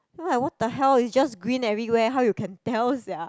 what the hell is just green everywhere how you can tell sia